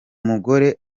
mugore